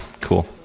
Cool